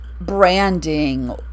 branding